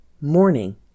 morning